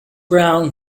brown